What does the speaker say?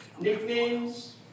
nicknames